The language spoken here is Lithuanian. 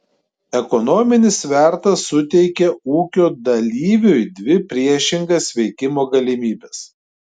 ekonominis svertas suteikia ūkio dalyviui dvi priešingas veikimo galimybes